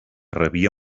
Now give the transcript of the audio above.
rebia